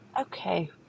okay